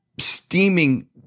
steaming